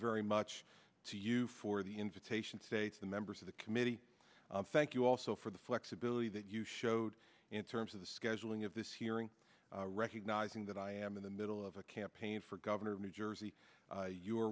very much to you for the invitation states the members of the committee thank you also for the flexibility that you showed in terms of the scheduling of this hearing recognizing that i am in the middle of a campaign for governor of new jersey